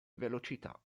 velocità